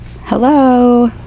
Hello